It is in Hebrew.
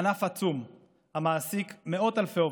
ענף עצום המעסיק מאות אלפי עובדים.